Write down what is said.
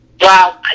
Wow